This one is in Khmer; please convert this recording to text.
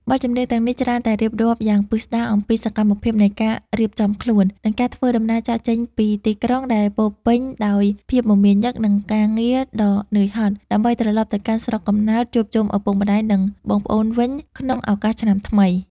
បទចម្រៀងទាំងនេះច្រើនតែរៀបរាប់យ៉ាងពិស្តារអំពីសកម្មភាពនៃការរៀបចំខ្លួន និងការធ្វើដំណើរចាកចេញពីទីក្រុងដែលពោរពេញដោយភាពមមាញឹក និងការងារដ៏នឿយហត់ ដើម្បីត្រឡប់ទៅកាន់ស្រុកកំណើតជួបជុំឪពុកម្តាយ និងបងប្អូនវិញក្នុងឱកាសឆ្នាំថ្មី។